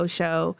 show